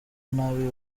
nabi